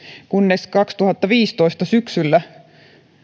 kunnes kaksituhattaviisitoista syksyllä